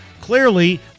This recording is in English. Clearly